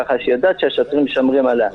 כך שהיא יודעת שהשוטרים שומרים עליה.